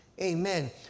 amen